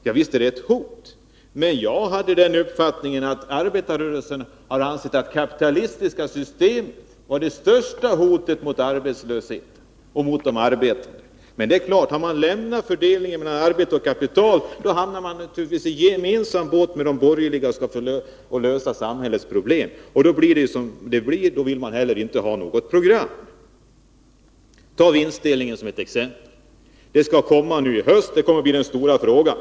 Ja, visst är det ett hot, men jag hade den uppfattningen att arbetarrörelsen har ansett att det kapitalistiska systemet var det största hotet mot arbetslösheten och mot de arbetande. Men det är klart, har man lämnat tanken på fördelningen mellan arbete och kapital, hamnar man naturligtvis i samma båt som de borgerliga när det gäller att lösa samhällets problem. Då blir det som det blir, och man vill inte heller ha något program. Ta vinstdelningen som ett exempel. Den kommer att införas nu i höst. Den kommer att bli den stora frågan.